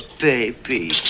baby